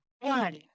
one